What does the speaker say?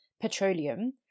petroleum